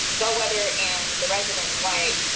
bellwether and the resident dwight,